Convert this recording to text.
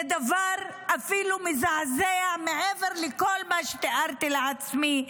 זה דבר מזעזע אפילו מעבר לכל מה שתיארתי לעצמי.